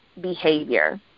behavior